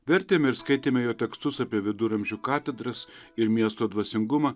vertėm ir skaitėme jo tekstus apie viduramžių katedras ir miesto dvasingumą